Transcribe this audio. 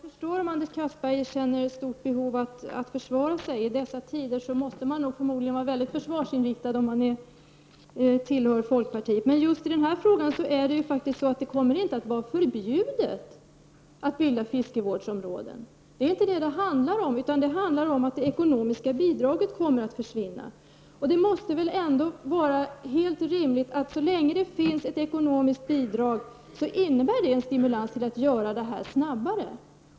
Fru talman! Jag förstår att Anders Castberger kanske känner ett stort behov av att försvara sig. I dessa tider måste man förmodligen vara väldigt försvarsinriktad om man tillhör folkpartiet. Men det är ju så att det inte kommer att vara förbjudet att bilda fiskevårdsområden. Det är inte det som det handlar om, utan det handlar om att det ekonomiska bidraget kommer att försvinna. Det måste väl ändå vara helt rimligt att så länge det finns ett ekonomiskt bidrag, innebär det en stimulans till att göra detta snabbare.